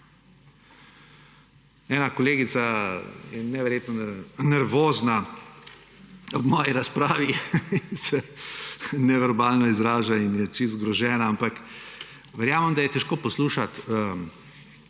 Ena kolegica je neverjetno nervozna ob moji razpravi, se neverbalno izraža in je čisto zgrožena, ampak verjamem, da je težko poslušati